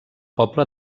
poble